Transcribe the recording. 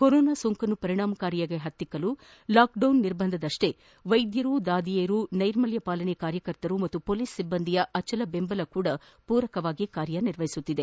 corona ಸೋಂಕನ್ನು ಪರಿಣಾಮಕಾರಿಯಾಗಿ ಹತ್ತಿಕಲು ಲಾಕ್ಡೌನ್ ನಿರ್ಬಂಧದಷ್ಷೇ ವೈದ್ಯರು ದಾದಿಯರು ನೈರ್ಮಲ್ಯ ಪಾಲನೆ ಕಾರ್ಯಕರ್ತರು ಹಾಗೂ ಪೊಲೀಸ್ ಸಿಬ್ಬಂದಿಯ ಅಚಲ ಬೆಂಬಲವೂ ಪೂರಕವಾಗಿ ಕಾರ್ಯ ನಿರ್ವಹಿಸಿದೆ